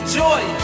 joy